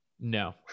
No